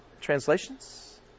translations